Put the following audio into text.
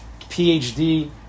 PhD